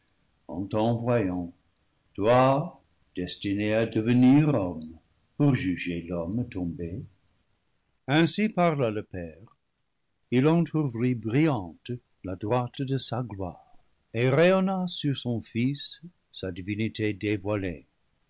t'envoyant toi destiné à devenir homme pour juger l'homme tombé ainsi parla le père il entr'ouvrit brillante la droite de sa gloire et rayonna sur son fils sa divinité dévoilée